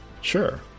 Sure